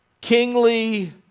kingly